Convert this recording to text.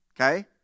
Okay